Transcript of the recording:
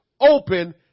open